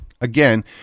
Again